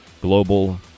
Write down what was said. Global